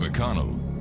McConnell